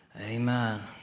Amen